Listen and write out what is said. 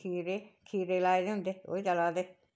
खीरे खीरे लाए दे होंदे ओह् चला दे